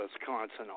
Wisconsin